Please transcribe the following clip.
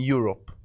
Europe